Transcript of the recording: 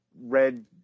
red